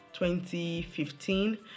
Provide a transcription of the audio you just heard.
2015